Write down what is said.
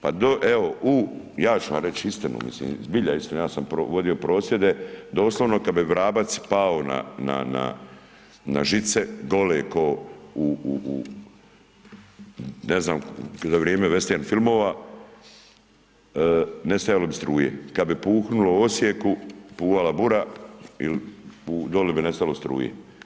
Pa evo u, ja ću vam reći iskreno, mislim zbilja iskreno, ja sam vodio prosvjede, doslovno kad bi vrabac pao na žice gole kao u, ne znam za vrijeme vestern filmova, nestajalo bi struje, kad bi puhnulo u Osijeku, puhala bura ili dolje bi nestalo struje.